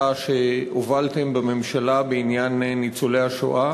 שהובלתם בממשלה בעניין ניצולי השואה.